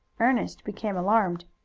ernest became alarmed.